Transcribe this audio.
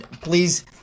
please